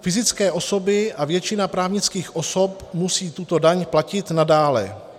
Fyzické osoby a většina právnických osob musí tuto daň platit nadále.